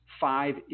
five